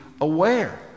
aware